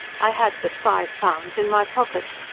i had but five pounds in my pocket.